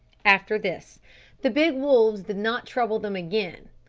after this the big wolves did not trouble them again.